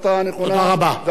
תודה, אדוני היושב-ראש.